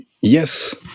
Yes